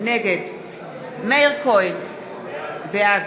נגד מאיר כהן, בעד